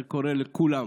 אני קורא לכולם,